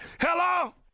Hello